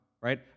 right